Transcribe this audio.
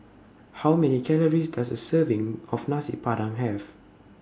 How Many Calories Does A Serving of Nasi Padang Have